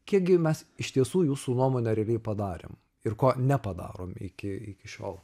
kiekgi mes iš tiesų jūsų nuomone realiai padarėm ir ko nepadarom iki iki šiol